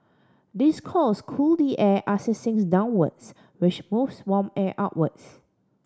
these coils cool the air as it sinks downwards which moves warm air upwards